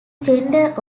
gender